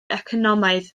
economaidd